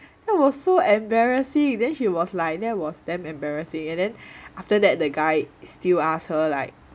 that was so embarrassing then she was like that was damn embarrassing and then after that the guy is still ask her like